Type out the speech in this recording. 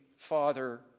Father